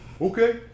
Okay